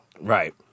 Right